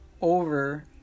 over